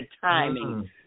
timing